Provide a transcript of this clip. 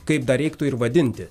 kaip dar reiktų ir vadinti